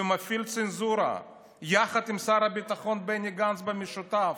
ומפעיל צנזורה יחד עם שר הביטחון בני גנץ במשותף,